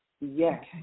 Yes